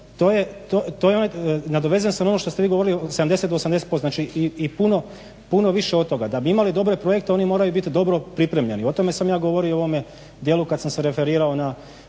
Nadovezao sam se na ono što ste vi govorili od 70 do 80% i puno više od toga. Da bi imali dobre projekte oni moraju biti dobro pripremljeni o tome sam ja govorio u ovome dijelu kada sam se referirao na.